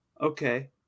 okay